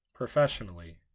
Professionally